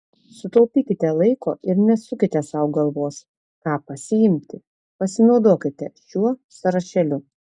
sutaupykite laiko ir nesukite sau galvos ką pasiimti pasinaudokite šiuo sąrašėliu